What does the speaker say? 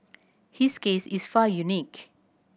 his case is far unique